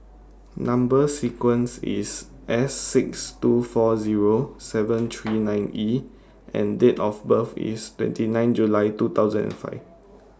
Number sequence IS S six two four Zero seven three nine E and Date of birth IS twenty nine July two thousand and five